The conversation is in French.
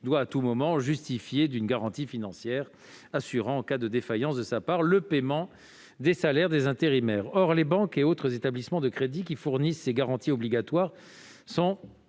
doit à tout moment justifier d'une garantie financière assurant, en cas de défaillance de sa part, le paiement des salaires des intérimaires. Or les banques et autres établissements de crédit qui fournissent ces garanties obligatoires sont